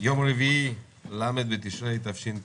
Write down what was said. יום רביעי, ל' בתשרי התשפ"ב,